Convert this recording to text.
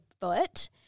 foot